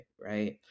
right